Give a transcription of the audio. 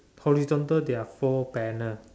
horizontal there are four banner